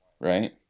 right